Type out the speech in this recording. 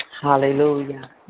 Hallelujah